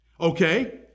Okay